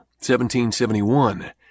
1771